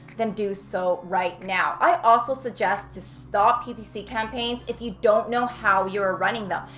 then do so right now. i also suggest to stop ppc campaigns if you don't know how you're running them.